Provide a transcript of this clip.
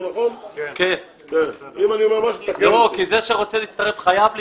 לא, כי זה שרוצה להצטרף חייב להצטרף,